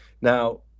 now